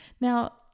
Now